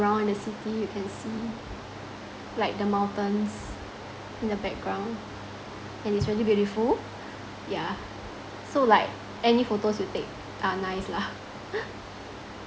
around in the city you can see like the mountains in the background and it's really beautiful yeah so like any photos you take are nice lah